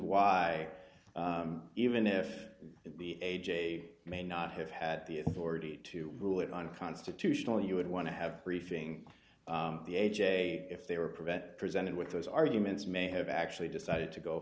why even if the a j may not have had the authority to rule it unconstitutional you would want to have briefing the a j if they were prevent presented with those arguments may have actually decided to go